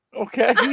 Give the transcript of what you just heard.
Okay